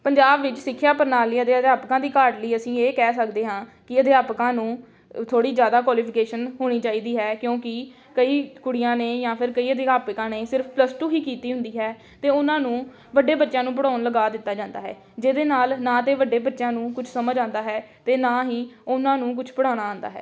ਪੰਜਾਬ ਵਿੱਚ ਸਿੱਖਿਆ ਪ੍ਰਣਾਲੀਆਂ ਦੇ ਅਧਿਆਪਕਾਂ ਦੀ ਘਾਟ ਲਈ ਅਸੀਂ ਇਹ ਕਹਿ ਸਕਦੇ ਹਾਂ ਕਿ ਅਧਿਆਪਕਾਂ ਨੂੰ ਥੋੜ੍ਹੀ ਜ਼ਿਆਦਾ ਕੁਆਲੀਫਿਕੇਸ਼ਨ ਹੋਣੀ ਚਾਹੀਦੀ ਹੈ ਕਿਉਂਕਿ ਕਈ ਕੁੜੀਆਂ ਨੇ ਜਾਂ ਫਿਰ ਕਈ ਅਧਿਆਪਕਾਂ ਨੇ ਸਿਰਫ ਪਲੱਸ ਟੂ ਹੀ ਕੀਤੀ ਹੁੰਦੀ ਹੈ ਅਤੇ ਉਹਨਾਂ ਨੂੰ ਵੱਡੇ ਬੱਚਿਆਂ ਨੂੰ ਪੜ੍ਹਾਉਣ ਲਗਾ ਦਿੱਤਾ ਜਾਂਦਾ ਹੈ ਜਿਹਦੇ ਨਾਲ ਨਾ ਤਾਂ ਵੱਡੇ ਬੱਚਿਆਂ ਨੂੰ ਕੁਛ ਸਮਝ ਆਉਂਦਾ ਹੈ ਅਤੇ ਨਾ ਹੀ ਉਹਨਾਂ ਨੂੰ ਕੁਛ ਪੜ੍ਹਾਉਣਾ ਆਉਂਦਾ ਹੈ